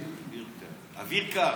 אוויר קארה, אוויר קר.